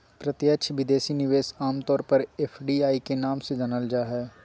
प्रत्यक्ष विदेशी निवेश आम तौर पर एफ.डी.आई के नाम से जानल जा हय